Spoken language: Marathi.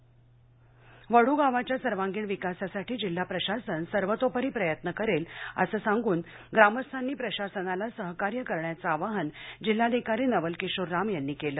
राम जिमाका वद्रू गावाच्या सर्वांगिण विकासासाठी जिल्हा प्रशासन सर्वतोपरी प्रयत्न करेल असे सांगून ग्रामस्थांनी प्रशासनाला सहकार्य करण्याचे आवाहन जिल्हाधिकारी नवल किशोर राम यांनी केले